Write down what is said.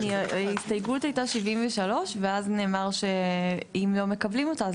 ההסתייגות הייתה 73 ואז נאמר שאם לא מקבלים אותה,